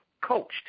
coached